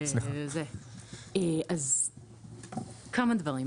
אז כמה דברים.